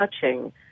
touching